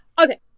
Okay